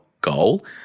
goal